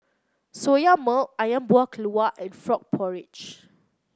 Soya Milk ayam Buah Keluak and Frog Porridge